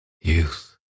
youth